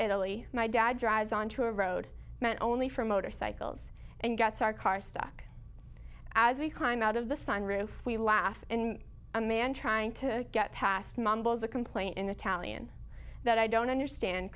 italy my dad drives onto a road meant only for motorcycles and gets our car stuck as we climb out of the sun roof we laugh and a man trying to get past mumbles a complaint in the talian that i don't understand